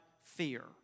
fear